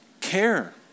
care